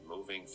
moving